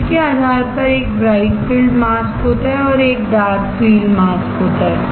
field के आधार पर एक ब्राइट फ़ील्ड मास्क होता है और एक डार्क फ़ील्ड मास्क होता है